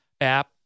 app